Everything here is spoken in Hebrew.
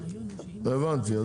זה